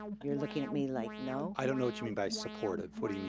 you're looking at me like no? i don't know what you mean by supportive. what do you mean